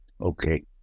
Okay